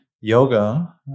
yoga